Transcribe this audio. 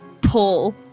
pull